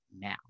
now